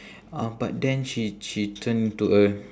uh but then she she turn into a